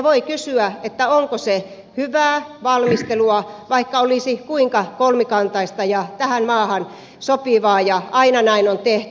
voi kysyä onko se hyvää valmistelua vaikka olisi kuinka kolmikantaista ja tähän maahan sopivaa ja aina näin on tehty